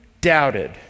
doubted